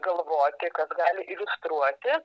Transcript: galvoti kas gali iliustruoti